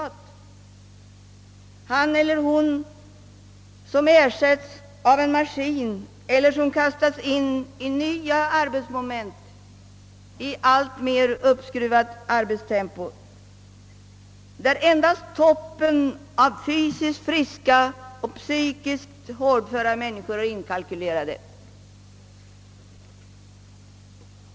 Det är kanske en människa som ersättes av en maskin eller passas in i nya arbetsmoment i ett alltmer uppskruvat arbetstempo, där endast de fysiskt friskaste och psykiskt hårdföraste är inkalkylerade.